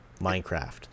minecraft